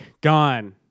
gone